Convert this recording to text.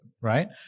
right